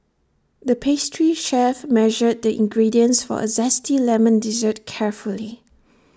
the pastry chef measured the ingredients for A Zesty Lemon Dessert carefully